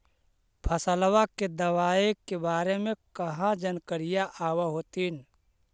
फसलबा के दबायें के बारे मे कहा जानकारीया आब होतीन?